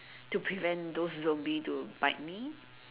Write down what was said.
to prevent those zombie to bite me